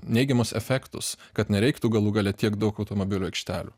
neigiamus efektus kad nereiktų galų gale tiek daug automobilių aikštelių